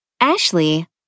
Ashley